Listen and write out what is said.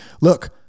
look